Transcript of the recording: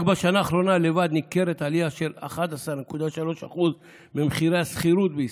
רק בשנה האחרונה לבד ניכרת עלייה של 11.3% במחירי השכירות בישראל.